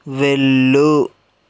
వెళ్ళు